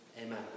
amen